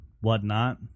whatnot